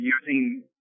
using